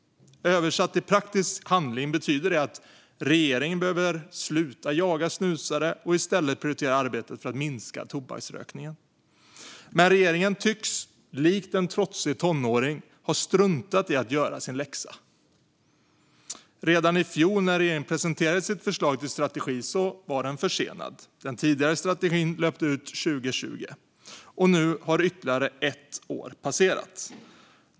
Översatt i praktisk handling betyder det att regeringen behöver sluta jaga snusare och i stället prioritera arbetet för att minska tobaksrökningen. Men regeringen tycks, likt en trotsig tonåring, ha struntat i att göra sin läxa. Redan i fjol när regeringen presenterade sitt förslag till strategi var den försenad. Den tidigare strategin löpte ut 2020, och nu har ytterligare ett år passerat.